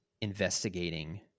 investigating